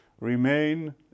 remain